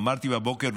אמרתי בבוקר,